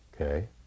okay